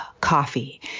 coffee